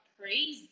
Crazy